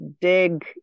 dig